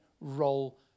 role